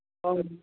और